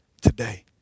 today